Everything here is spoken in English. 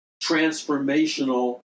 transformational